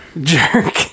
jerk